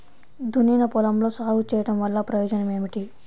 దున్నిన పొలంలో సాగు చేయడం వల్ల ప్రయోజనం ఏమిటి?